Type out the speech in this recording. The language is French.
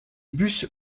bus